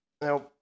Now